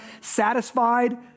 satisfied